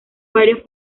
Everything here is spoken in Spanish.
varios